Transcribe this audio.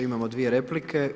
Imamo dvije replike.